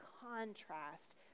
contrast